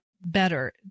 better